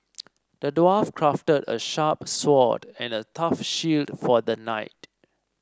the dwarf crafted a sharp sword and a tough shield for the knight